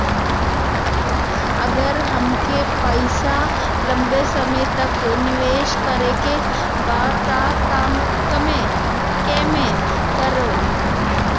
अगर हमके पईसा लंबे समय तक निवेश करेके बा त केमें करों?